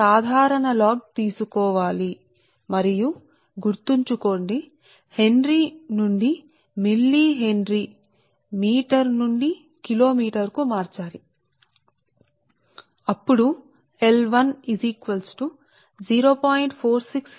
కాబట్టి మీరు దయ చేసి దానిని మార్చండి మరియు హెన్రీ ని గుర్తుంచుకుంటే మనం దానిని మిల్లీ హెన్రీ గా మార్చాము మరియు మీటర్ను మీరు కిలోమీటర్గా మార్చాలి